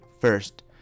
First